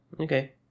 okay